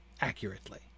accurately